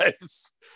lives